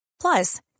plus